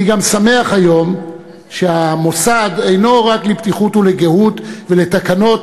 אני גם שמח היום שהמוסד אינו רק לבטיחות ולגהות ולתקנות